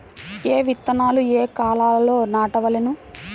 ఏ విత్తనాలు ఏ కాలాలలో నాటవలెను?